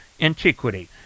Antiquity